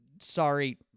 sorry